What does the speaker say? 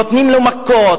נותנים לו מכות,